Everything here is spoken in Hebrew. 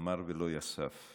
אמר ולא יסף.